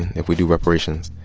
if we do reparations,